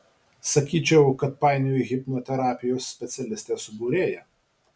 sakyčiau kad painioji hipnoterapijos specialistę su būrėja